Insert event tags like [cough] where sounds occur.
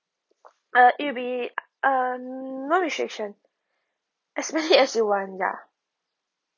uh it'll be uh no restriction especially [laughs] as you want ya